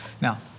Now